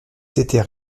c’était